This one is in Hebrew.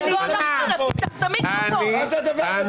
חברי הכנסת, אתם מפריעים לדיון.